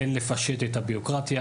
כן לפשט את הבירוקרטיה,